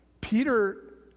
Peter